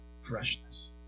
Freshness